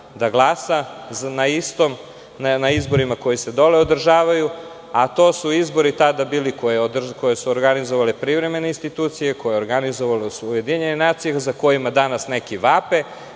da glasa na izborima koje se dole održavaju, a to su izbori tada bili koje su organizovale privremene institucije i koje su organizovale UN, za kojima danas neki vape